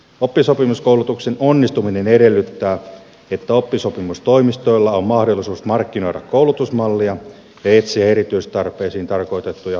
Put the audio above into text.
oppisopimuskoulutuksen onnistuminen edellyttää että oppisopimustoimistoilla on mahdollisuus markkinoida koulutusmallia ja etsiä erityistarpeisiin tarkoitettuja oppisopimustyöpaikkoja